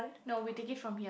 no we take it from here